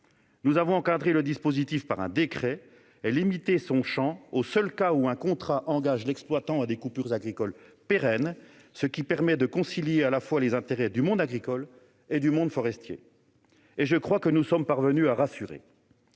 nous avons encadré le dispositif par un décret et limité son champ aux seuls cas où un contrat engage l'exploitant à des coupures agricoles pérennes, ce qui permet de concilier les intérêts des mondes agricole et forestier. Il me semble que nous sommes parvenus à rassurer,